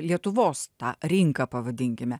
lietuvos tą rinką pavadinkime